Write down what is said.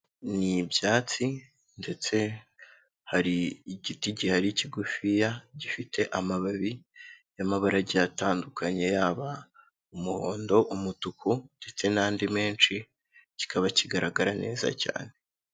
Ni byatsi ndetse hari igiti gihari kigufiya gifite amababi y'amabara agiye atandukanye yaba umuhondo, umutuku ndetse n'andi menshi kikaba kigaragara neza cyane